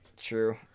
True